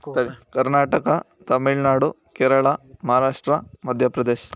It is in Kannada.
ತಡಿ ಕರ್ನಾಟಕ ತಮಿಳ್ ನಾಡು ಕೇರಳ ಮಹಾರಾಷ್ಟ್ರ ಮಧ್ಯ ಪ್ರದೇಶ್